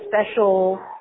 special